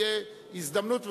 תהיה הזדמנות,